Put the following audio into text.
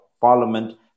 Parliament